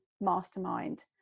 Mastermind